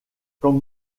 comme